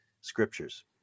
scriptures